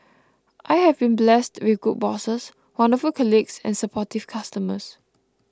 I have been blessed with good bosses wonderful colleagues and supportive customers